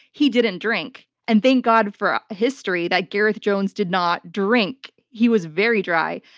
he didn't drink. and thank god for history that gareth jones did not drink. he was very dry.